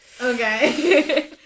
Okay